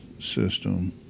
system